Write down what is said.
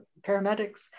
paramedics